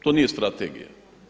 To nije strategija.